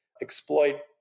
exploit